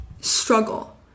struggle